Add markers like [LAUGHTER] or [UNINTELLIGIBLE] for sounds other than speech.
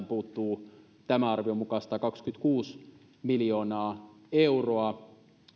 [UNINTELLIGIBLE] puuttuu tämän arvion mukaan satakaksikymmentäkuusi miljoonaa euroa